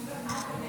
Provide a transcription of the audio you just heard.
כבוד